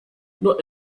not